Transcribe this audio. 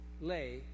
lay